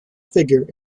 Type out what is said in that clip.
figure